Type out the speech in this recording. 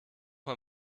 man